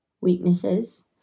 weaknesses